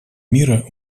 мира